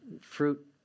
fruit